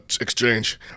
exchange